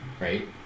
right